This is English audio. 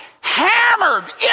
hammered